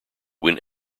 when